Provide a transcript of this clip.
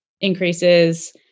increases